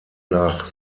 nach